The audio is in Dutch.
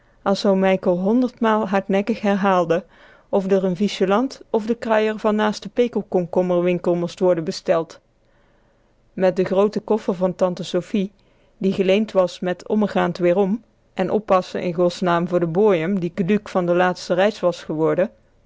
as oom mijkel honderd maal hardnekkig herhaalde of d'r n viesjelant of de kruier van naast de pekelkomkommer winkel most worden besteld met de groote koffer van tante sofie die geleend was met ommegaand werom en oppasse in gosnaam voor de bojem die keduuk van de laatste reis was geworde